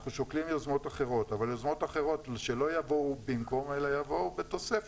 אנחנו שוקלים יוזמות אחרות אבל כאלה שלא יבואו במקום אלא כתוספת